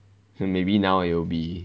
maybe now it'll be